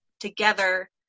together